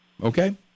Okay